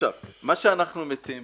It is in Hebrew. מה שאנחנו מציעים,